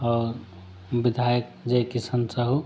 और विधायक जयकिशन साहू